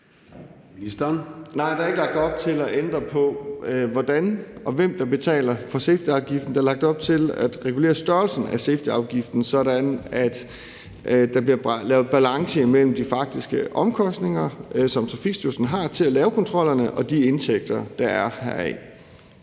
Nej, der er ikke lagt op til at ændre på, hvordan der betales, og hvem der betaler safetyafgiften. Der er lagt op til at regulere størrelsen af safetyafgiften, sådan at der bliver lavet balance mellem de faktiske omkostninger, som Trafikstyrelsen har til at lave kontrollerne, og de indtægter, der er heraf.